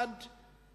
אולי עד יום,